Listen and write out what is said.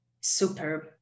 superb